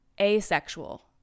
asexual